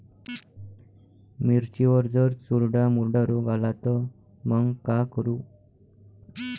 मिर्चीवर जर चुर्डा मुर्डा रोग आला त मंग का करू?